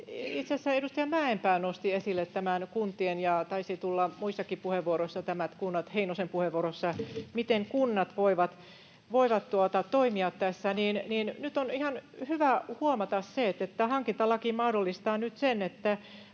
itse asiassa edustaja Mäenpää nosti esille — ja taisi tulla muissakin puheenvuoroissa, Heinosen puheenvuorossa — sen, miten kunnat voivat toimia tässä. On ihan hyvä huomata se, että tämä hankintalaki mahdollistaa nyt sen, että